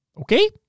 okay